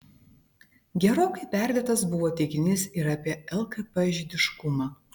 gerokai perdėtas buvo teiginys ir apie lkp žydiškumą